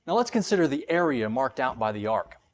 and let's consider the area marked out by the ark,